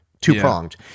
two-pronged